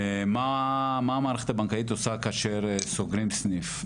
מה המערכת הבנקאית עושה כאשר סוגרים סניף,